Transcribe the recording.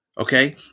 Okay